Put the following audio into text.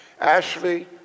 Ashley